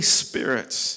spirits